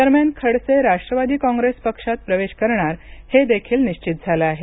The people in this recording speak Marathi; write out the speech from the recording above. दरम्यान खडसे राष्ट्रवादी काँग्रेस पक्षात प्रवेश करणार हे देखील निश्वित झाले आहे